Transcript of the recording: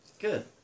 good